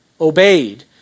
obeyed